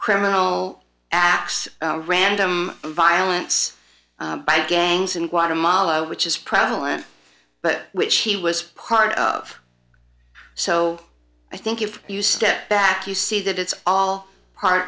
criminal acts random violence by gangs in guatemala which is prevalent but which he was part of so i think if you step back you see that it's all part